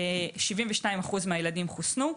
72% מהילדים חוסנו.